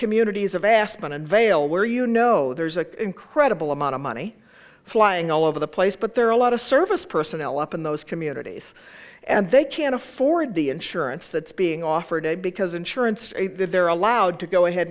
communities of aspen and vail where you know there's an incredible amount of money flying all over the place but there are a lot of service personnel up in those communities and they can't afford the insurance that's being offered a because insurance they're allowed to go ahead